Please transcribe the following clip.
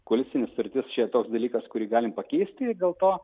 koalicinė sutartis čia yra toks dalykas kurį galim pakeisti dėl to